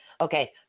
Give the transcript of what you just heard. Okay